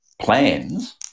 plans